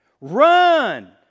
Run